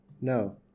No